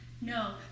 no